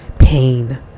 pain